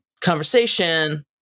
conversation